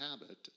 habit